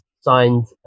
signed